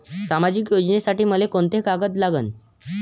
सामाजिक योजनेसाठी मले कोंते कागद लागन?